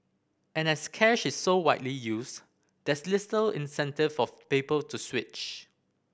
and as cash is so widely used there's incentive for people to switch